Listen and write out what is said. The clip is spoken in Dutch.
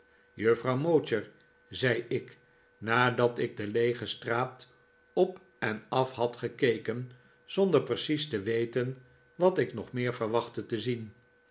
juffrouw mowcher zei ik nadat ik de leege straat op en af had gekeken zonder precies te weten wat ik nog meer verwachtte te zien